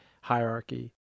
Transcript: hierarchy